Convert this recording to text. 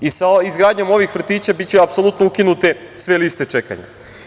Izgradnjom ovih vrtića biće apsolutno ukinute sve liste čekanja.